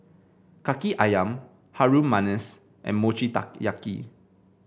kaki ayam Harum Manis and Mochi Taiyaki